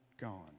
gone